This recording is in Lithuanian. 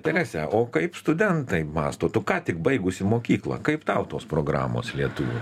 terese o kaip studentai mąsto tu ką tik baigusi mokyklą kaip tau tos programos lietuvių